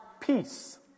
peace